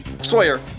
Sawyer